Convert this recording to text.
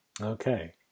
Okay